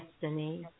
destiny